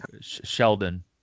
Sheldon